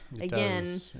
again